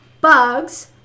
Bugs